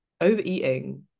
Overeating